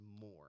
more